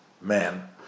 man